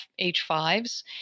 H5s